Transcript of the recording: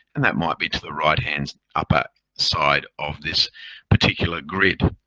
and that might be to the right-hand, upper side of this particular grid.